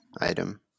item